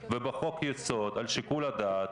אתם תביאו אותו לציבור ואתם תעבירו חוק מדלג.